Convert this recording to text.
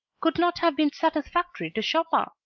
could not have been satisfactory to chopin!